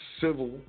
civil